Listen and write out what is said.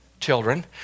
children